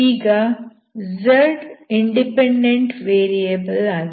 ಈಗ z independent variable ಆಗಿದೆ